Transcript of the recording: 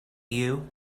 you